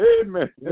Amen